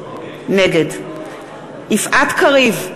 נגד יפעת קריב,